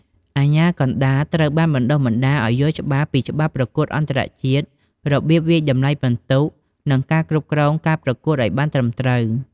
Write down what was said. អាជ្ញាកណ្តាល ត្រូវបានបណ្តុះបណ្តាលឲ្យយល់ច្បាស់ពីច្បាប់ប្រកួតអន្តរជាតិ របៀបវាយតម្លៃពិន្ទុ និងការគ្រប់គ្រងការប្រកួតឲ្យបានត្រឹមត្រូវ។